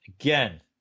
Again